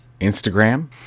Instagram